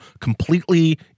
completely